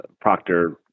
proctor